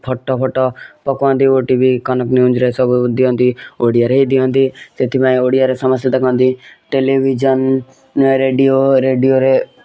photo ଫଟ ପକାନ୍ତି OTV Kanak ନ୍ୟୁଜରେ ସବୁ ଦିଅନ୍ତି ଓଡ଼ିଆରେ ଦିଅନ୍ତି ସେଥିପାଇଁ ଓଡ଼ିଆରେ ସମସ୍ତେ ଦେଖନ୍ତି ଟେଲିଭିଜନ୍ ରେଡ଼ିଓ ରେଡ଼ିଓରେ